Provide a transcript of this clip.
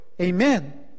Amen